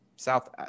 South